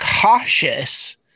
cautious